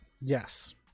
yes